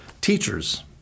teachers